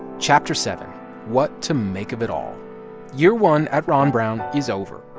chapter seven what to make of it all year one at ron brown is over.